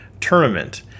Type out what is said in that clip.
tournament